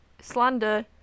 Slander